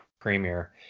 premier